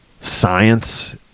science